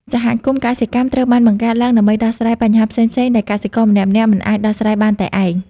សហគមន៍កសិកម្មត្រូវបានបង្កើតឡើងដើម្បីដោះស្រាយបញ្ហាផ្សេងៗដែលកសិករម្នាក់ៗមិនអាចដោះស្រាយបានតែឯង។